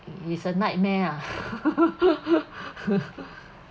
it is a nightmare ah